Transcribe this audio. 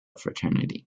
fraternity